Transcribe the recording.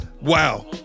Wow